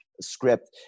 script